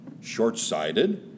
Short-sighted